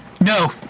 No